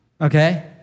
Okay